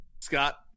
scott